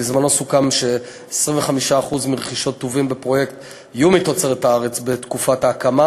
בזמנו סוכם ש-25% מרכישות טובין בפרויקט יהיו מתוצרת הארץ בתקופת ההקמה,